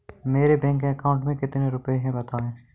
मेरे bank account में कितने रुपए हैं बताएँ?